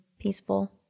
Peaceful